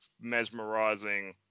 mesmerizing